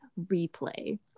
Replay